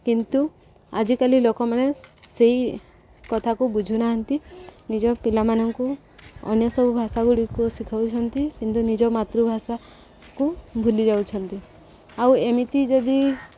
କିନ୍ତୁ ଆଜିକାଲି ଲୋକମାନେ ସେଇ କଥାକୁ ବୁଝୁନାହାନ୍ତି ନିଜ ପିଲାମାନଙ୍କୁ ଅନ୍ୟ ସବୁ ଭାଷା ଗୁଡ଼ିକୁ ଶିଖଉଛନ୍ତି କିନ୍ତୁ ନିଜ ମାତୃଭାଷାକୁ ଭୁଲି ଯାଉଛନ୍ତି ଆଉ ଏମିତି ଯଦି